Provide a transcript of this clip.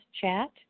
chat